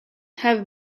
have